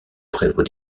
prévôt